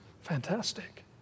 Fantastic